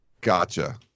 Gotcha